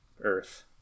earth